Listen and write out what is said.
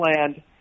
land